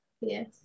Yes